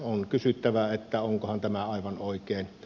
on kysyttävä että onkohan tämä aivan oikein